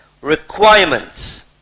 requirements